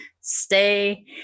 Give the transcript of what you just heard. stay